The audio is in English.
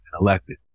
elected